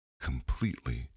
completely